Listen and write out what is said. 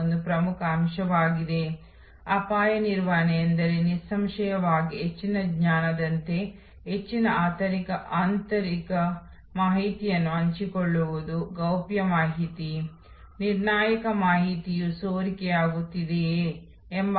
ಆದ್ದರಿಂದ ಮುಖ್ಯವಾದುದು ಆಹಾರ ಮತ್ತು ಪಾನೀಯ ಸೇವೆಯಾಗಿದೆ ಮತ್ತು ಅದರ ಸುತ್ತಲೂ ಅಥವಾ ಮೆನು ಆಗಿರಲಿ ಬಿಲ್ ಆಗಿರಲಿ ಸಲಹೆಗಳ ಬಗ್ಗೆ ಉಸ್ತುವಾರಿಗಳೊಂದಿಗಿನ ಸಂವಹನ ಇರಲಿ ಇವೆಲ್ಲವೂ ವರ್ಧಿಸುವ ಮತ್ತು ವರ್ಧಿಸುವ ಸೇವೆಗಳು ಮತ್ತು ಪೂರಕ ಸುಗಮಗೊಳಿಸುವ ಸೇವೆಗಳಾಗಿವೆ